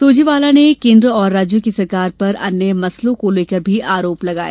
सुरजेवाला ने केन्द्र राज्यों की सरकार पर अन्य मसलों को लेकर भी आरोप लगाया